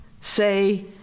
say